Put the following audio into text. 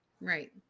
Right